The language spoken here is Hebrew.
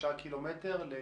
9 ק"מ לליקית?